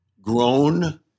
grown